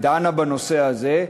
ודנה בנושא הזה,